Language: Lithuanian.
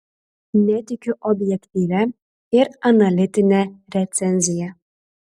netikiu objektyvia ir analitine recenzija